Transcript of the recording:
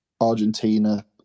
Argentina